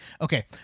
okay